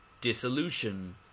dissolution